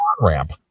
ramp